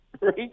right